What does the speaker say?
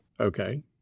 Okay